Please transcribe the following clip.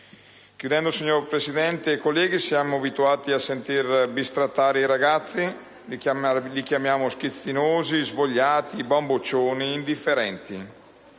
Chiudendo, signor Presidente, colleghi, siamo abituati a sentir bistrattare i ragazzi; li chiamiamo schizzinosi, svogliati, bamboccioni, indifferenti.